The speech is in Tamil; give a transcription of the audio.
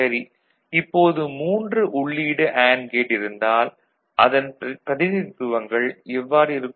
சரி இப்போது 3 உள்ளீடு அண்டு கேட் இருந்தால் அதன் பிரதிநிதித்துவங்கள் எவ்வாறு இருக்கும்